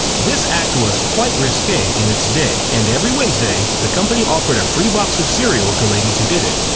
this act was quite risque in its day and every wednesday, the company offered a free box of cereal to ladies who did it.